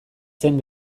zen